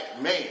man